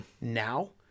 now